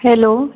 hello